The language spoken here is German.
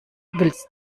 willst